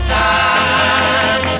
time